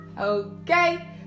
Okay